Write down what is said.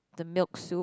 the milk soup